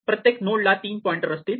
प्रत्येक नोड ला तीन पॉइंटर असतील